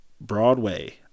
Broadway